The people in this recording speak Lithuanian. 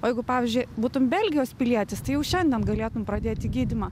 o jeigu pavyzdžiui būtum belgijos pilietis tai jau šiandien galėtum pradėti gydymą